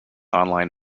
online